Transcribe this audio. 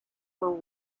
were